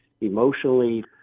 emotionally